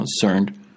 concerned